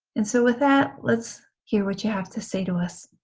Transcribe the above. and so with that let's hear what you have to say to us.